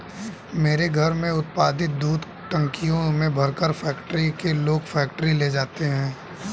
मेरे घर में उत्पादित दूध टंकियों में भरकर फैक्ट्री के लोग फैक्ट्री ले जाते हैं